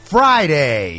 Friday